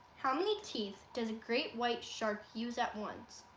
how many teeth does a great white shark use at once?